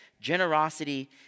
generosity